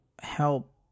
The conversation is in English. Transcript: help